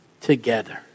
together